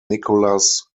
nicolas